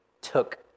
took